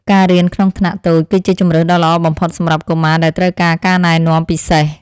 ការរៀនក្នុងថ្នាក់តូចគឺជាជម្រើសដ៏ល្អបំផុតសម្រាប់កុមារដែលត្រូវការការណែនាំពិសេស។